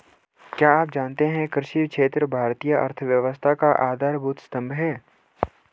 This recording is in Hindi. क्या आप जानते है कृषि क्षेत्र भारतीय अर्थव्यवस्था का आधारभूत स्तंभ है?